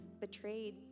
betrayed